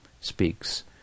speaks